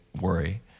worry